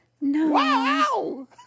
No